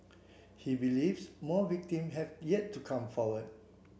he believes more victim have yet to come forward